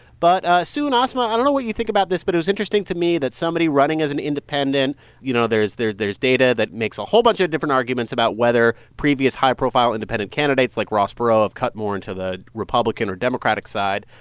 but soon, asma, i don't know what you think about this but it was interesting to me that somebody running as an independent you know, there's there's data that makes a whole bunch of different arguments about whether previous high-profile, independent candidates like ross perot have cut more into the republican or democratic side.